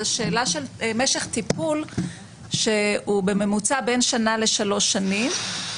זאת שאלה של משך טיפול שהוא בממוצע בין שנה לשלוש שנים.